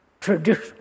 tradition